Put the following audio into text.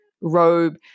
robe